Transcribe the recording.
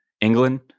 England